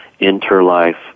interlife